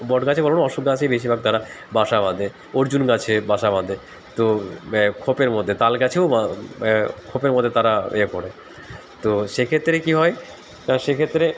বট গাছে বরং অশ্বত্থ গাছেই বেশিরভাগ তারা বাসা বাঁধে অর্জুন গাছে বাসা বাঁধে তো খোপের মধ্যে তাল গাছেও খোপের মধ্যে তারা ইয়ে করে তো সেক্ষেত্রে কী হয় সেক্ষেত্রে